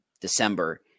December